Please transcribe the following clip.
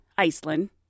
Iceland